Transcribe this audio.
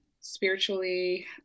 Spiritually